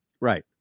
Right